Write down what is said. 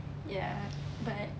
ya but